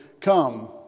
Come